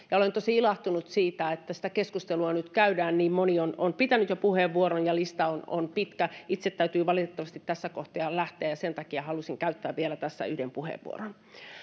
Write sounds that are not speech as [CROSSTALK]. [UNINTELLIGIBLE] ja olen tosi ilahtunut siitä että sitä keskustelua nyt käydään niin moni on jo pitänyt puheenvuoron ja lista on on pitkä itseni täytyy valitettavasti tässä kohta jo lähteä ja sen takia halusin käyttää vielä tässä yhden puheenvuoron